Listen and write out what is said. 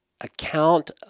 Account